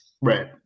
Right